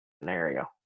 scenario